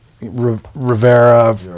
rivera